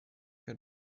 für